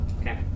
Okay